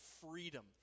freedom